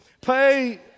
Pay